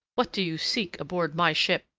what do you seek aboard my ship?